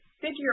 figure